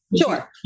Sure